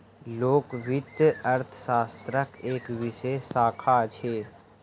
लोक वित्त अर्थशास्त्रक एक विशेष शाखा अछि